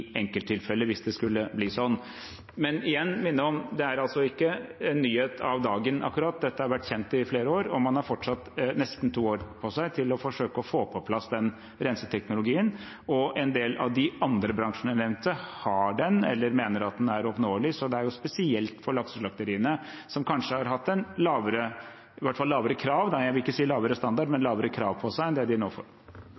enkelttilfeller, hvis det skulle bli slik. Jeg vil igjen minne om at dette ikke akkurat er en nyhet av dagen, dette har vært kjent i flere år, og man har fortsatt nesten to år på seg til å forsøke å få på plass renseteknologien. En del av de andre bransjene jeg nevnte, har den eller mener at den er oppnåelig, så det er spesielt for lakseslakteriene, som kanskje har hatt jeg vil ikke si lavere standard, men i hvert fall lavere krav